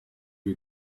you